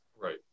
Right